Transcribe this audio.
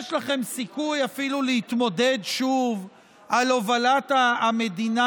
יש לכם סיכוי אפילו להתמודד שוב על הובלת המדינה.